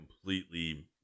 completely